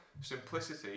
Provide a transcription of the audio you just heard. Simplicity